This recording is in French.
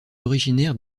originaire